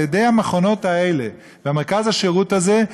על-ידי המכונות האלה ומרכז השירות הזה,